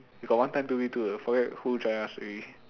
got one time two V two forget who join us already